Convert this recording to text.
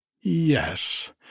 Yes